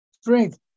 Strength